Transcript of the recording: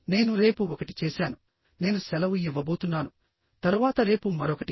నేను రేపు ఒకటి చేశాను నేను సెలవు ఇవ్వబోతున్నాను తరువాత రేపు మరొకటి